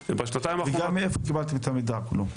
וגם מאיפה קיבלתם את המידע כולו,